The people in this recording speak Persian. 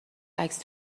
عکس